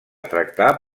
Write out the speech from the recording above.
tractar